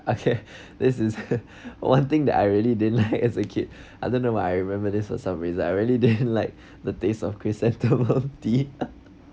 okay this is one thing that I really didn't like as a kid I don't know but I remember there was some reason I really didn't like the taste of chrysanthemum tea